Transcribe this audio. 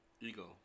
Ego